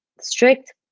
strict